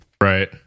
Right